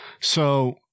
So-